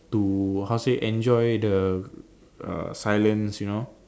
to how say enjoy the uh silence you know